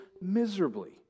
miserably